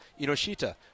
Inoshita